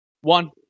One